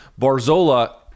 Barzola